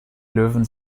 löwen